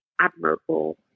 admirable